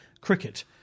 cricket